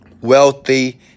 wealthy